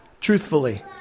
truthfully